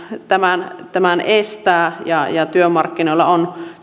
tämän tämän estää ja ja työmarkkinoilla on